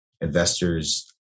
investors